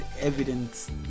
evidence